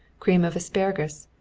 cream of asparagus,